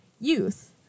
youth